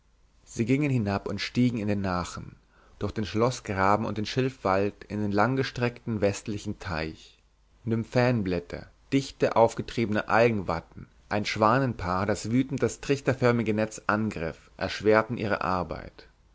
sie gingen hinab und stiegen in den nachen und erich ruderte durch den schloßgraben und den schilfwald in den langgestreckten westlichen teich nymphäenblätter dicke aufgetriebene algenwatten ein schwanenpaar das wütend das trichterförmige netz angriff erschwerten ihre arbeit